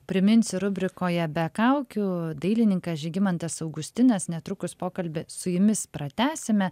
priminsiu rubrikoje be kaukių dailininkas žygimantas augustinas netrukus pokalbį su jumis pratęsime